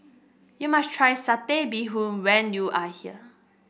you must try Satay Bee Hoon when you are here